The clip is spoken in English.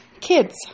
kids